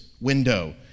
window